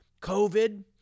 COVID